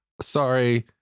Sorry